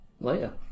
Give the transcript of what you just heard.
later